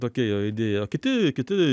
tokia jo idėja o kiti kiti